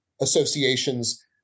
associations